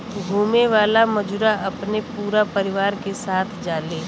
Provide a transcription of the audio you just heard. घुमे वाला मजूरा अपने पूरा परिवार के साथ जाले